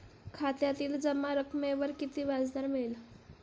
खात्यातील जमा रकमेवर किती व्याजदर मिळेल?